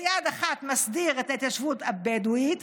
ביד אחת מסדיר את ההתיישבות הבדואית,